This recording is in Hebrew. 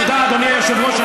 תודה, אדוני היושב-ראש.